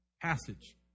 passage